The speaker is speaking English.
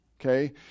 okay